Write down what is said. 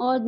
और